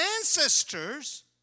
ancestors